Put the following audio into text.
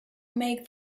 make